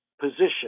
position